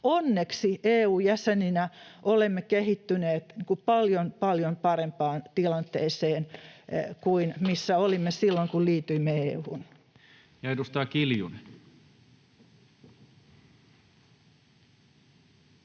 Onneksi EU-jäsenenä olemme kehittyneet paljon, paljon parempaan tilanteeseen kuin se, missä olimme silloin, kun liityimme EU:hun. [Speech